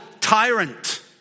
tyrant